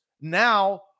now